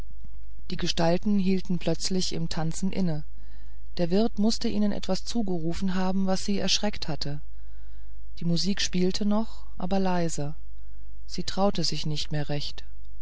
die gestalten hielten plötzlich im tanzen inne der wirt mußte ihnen etwas zugerufen haben was sie erschreckt hatte die musik spielte noch aber leise sie traute sich nicht mehr recht